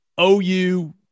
OU